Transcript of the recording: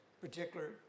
particular